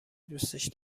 دوستش